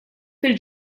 fil